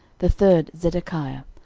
the third zedekiah,